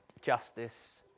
justice